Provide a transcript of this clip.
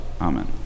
Amen